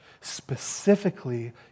specifically